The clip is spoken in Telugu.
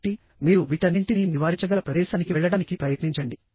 కాబట్టి మీరు వీటన్నింటినీ నివారించగల ప్రదేశానికి వెళ్లడానికి ప్రయత్నించండి